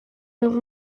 been